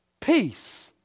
Peace